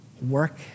Work